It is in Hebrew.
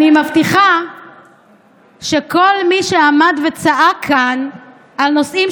אני מבטיחה שכל מי שעמד וצעק כאן על נושאים